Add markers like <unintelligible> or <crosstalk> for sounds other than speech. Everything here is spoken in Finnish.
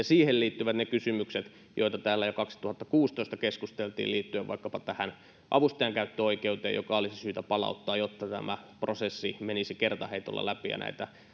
<unintelligible> siihen liittyvät ne kysymykset joista täällä jo kaksituhattakuusitoista keskusteltiin liittyen vaikkapa avustajan käyttöoikeuteen joka olisi syytä palauttaa jotta prosessi menisi kertaheitolla läpi ja näitä